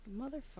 Motherfucker